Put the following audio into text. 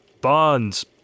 bonds